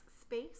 space